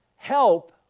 Help